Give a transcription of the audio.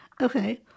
okay